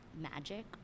magic